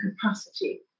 capacity